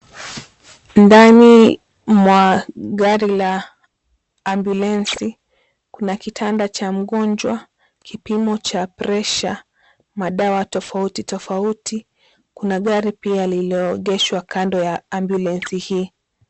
Ndani mwa gari la ambulensi, kuna kitanda cha mgonjwa kipimo cha pressure , madawa tofauti tofauti kuna gari pia limeegeshwa kando ya ambulensi hii.